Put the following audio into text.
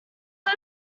far